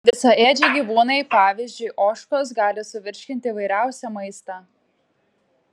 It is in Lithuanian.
visaėdžiai gyvūnai pavyzdžiui ožkos gali suvirškinti įvairiausią maistą